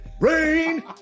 Rain